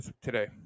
today